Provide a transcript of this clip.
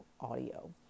audio